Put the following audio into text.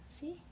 See